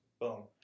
boom